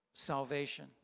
salvation